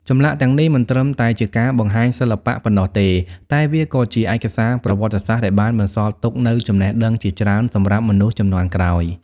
ចម្លាក់ទាំងនេះមិនត្រឹមតែជាការបង្ហាញសិល្បៈប៉ុណ្ណោះទេ តែវាក៏ជាឯកសារប្រវត្តិសាស្ត្រដែលបានបន្សល់ទុកនូវចំណេះដឹងជាច្រើនសម្រាប់មនុស្សជំនាន់ក្រោយ។